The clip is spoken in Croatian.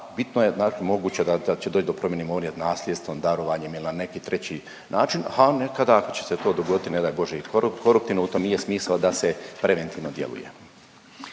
bitno je dakle moguće da će doći do promjene imovine nasljedstvom, darovanjem ili na neki treći način, a nekada će se to dogoditi i ne daj Bože koruptivno. U tom i je smisao da se preventivno djeluje.